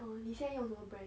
oh 你现在用什么 brand